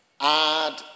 add